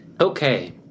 Okay